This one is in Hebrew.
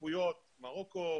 כבוד שר החוץ,